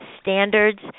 standards